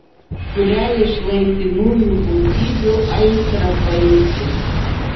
kuriai iš laikinųjų būtybių aistrą pajusi